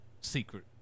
secret